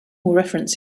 reference